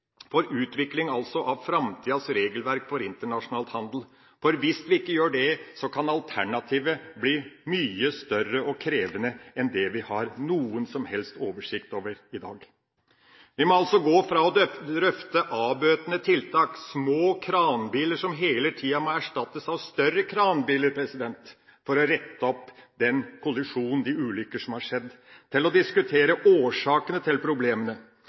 av framtidas regelverk for internasjonal handel. Hvis vi ikke gjør det, kan alternativet bli mye større og mer krevende enn det vi har noen som helst oversikt over i dag. Vi må altså gå fra å drøfte avbøtende tiltak – små kranbiler som hele tida må erstattes av større kranbiler for å rette opp den kollisjonen og de ulykker som har skjedd – til å diskutere årsakene til problemene.